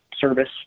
service